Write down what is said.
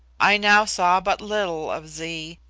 i now saw but little of zee,